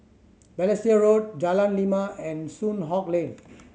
Balestier Road Jalan Lima and Soon Hock Lane